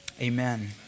Amen